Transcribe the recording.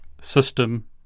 system